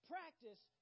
Practice